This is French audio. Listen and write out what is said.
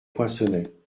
poinçonnet